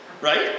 right